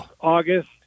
August